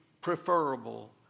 preferable